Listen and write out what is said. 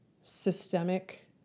systemic